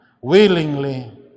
willingly